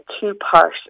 two-part